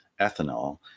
ethanol